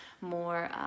more